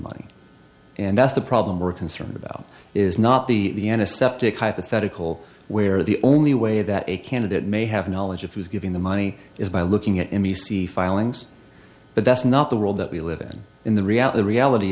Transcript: money and that's the problem we're concerned about is not the aseptic hypothetical where the only way that a candidate may have knowledge of who's giving the money is by looking at n b c filings but that's not the world that we live in in the reality